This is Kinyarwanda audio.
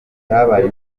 habaye